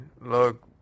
Look